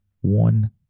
One